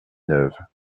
neuve